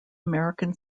american